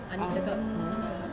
oh mm